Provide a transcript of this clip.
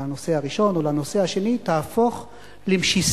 לנושא הראשון או לנושא השני תהפוך למשיסה,